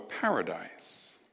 paradise